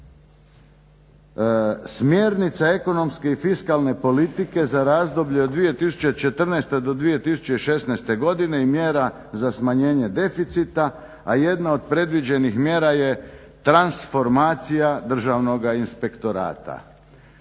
smjernica ekonomske i fiskalne politike za razdoblje od 2014. do 2016. godine i mjera za smanjenje deficita, a jedna od predviđenih mjera je transformacija Državnog inspektorata.